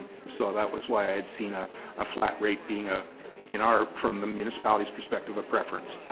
so that was why i had seen ah a flat rate being a in are from the municipalities perspective a preference